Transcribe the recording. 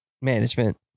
management